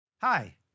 Hi